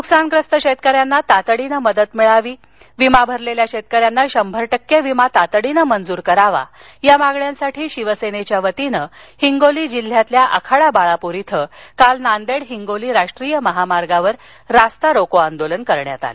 नुकसानग्रस्त शेतकऱ्यांना तातडीने मदत मिळावी विमा भरलेल्या शेतकऱ्यांना शंभर टक्के विमा तातडीने मंजूर करावा या मागण्यांसाठी शिवसेनेच्या वतीने हिंगोली जिल्ह्यातील आखाडा बाळापूर इथं काल नांदेड हिंगोली राष्ट्रीय महामार्गावर रास्ता रोको आंदोलन करण्यात आलं